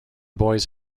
boys